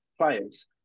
players